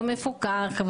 לא מפוקח,